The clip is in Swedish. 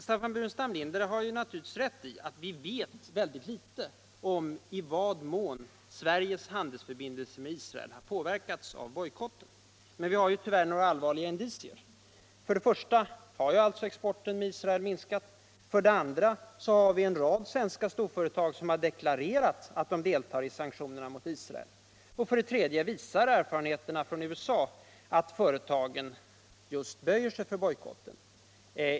Staffan Burenstam LCinder har naturfigtvis rätt i att vi vet mycket litet om i vad mån Sveriges handelsförbindelser med Israel har påverkats av bojkotten,. men vi har tvvärr några allvarliga indieier. För det första har alltså exporten till Isracl minskat. För det andra har vi en rad svenska storföretag som har deklarerat utt de delhar i sanktionerna mot Isracl. Öch för det tredje visar erfarenheterna från USA utt företagen böjer sig för bojkouen.